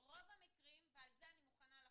רוב המקרים, ועל זה אני מוכנה לחתום,